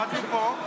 אנחנו פה,